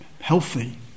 healthy